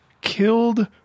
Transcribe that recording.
killed